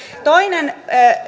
toinen